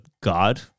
God